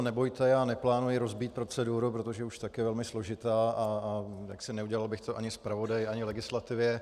Nebojte, já neplánuji rozbít proceduru, protože už tak je velmi složitá a neudělal bych to ani zpravodaji ani legislativě.